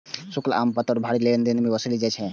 शुल्क आम तौर पर भारी लेनदेन मे वसूलल जाइ छै